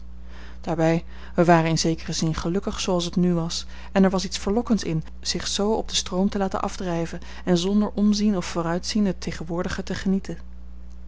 daarbij wij waren in zekeren zin gelukkig zooals het nù was en er was iets verlokkends in zich zoo op den stroom te laten afdrijven en zonder omzien of vooruitzien het tegenwoordige te genieten